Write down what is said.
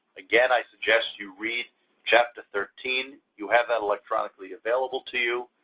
again, i suggest you read chapter thirteen, you have that electronically available to you.